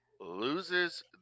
loses